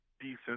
decent